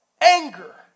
anger